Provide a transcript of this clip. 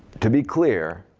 to be clear,